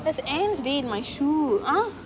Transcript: there's ants they in my shoe ah